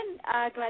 Glad